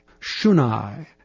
Shunai